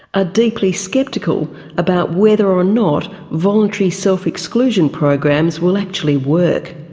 ah deeply sceptical about whether or not voluntary self-exclusion programs will actually work.